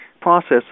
process